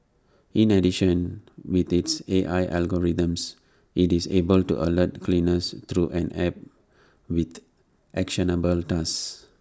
in addition with its A I algorithms IT is able to alert cleaners through an app with actionable tasks